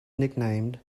nicknamed